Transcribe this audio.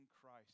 Christ